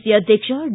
C ಅಧ್ಯಕ್ಷ D